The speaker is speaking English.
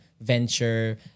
venture